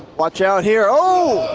watch out here, oh!